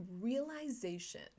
realization